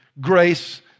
grace